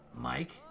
Mike